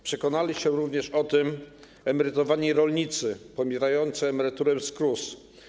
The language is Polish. Przekonali się również o tym emerytowani rolnicy pobierający emeryturę z KRUS.